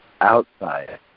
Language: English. outside